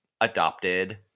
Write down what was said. adopted